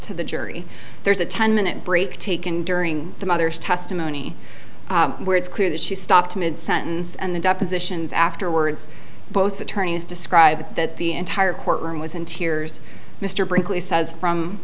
to the jury there's a ten minute break taken during the mother's testimony where it's clear that she stopped mid sentence and the depositions afterwards both attorneys describe that the entire courtroom was in tears mr brinkley says from